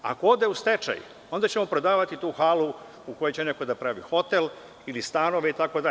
Ako ode u stečaj, onda ćemo prodavati tu halu u kojoj će neko pravi hotel, stanove itd.